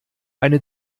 eine